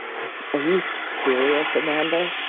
are are you serious, amanda?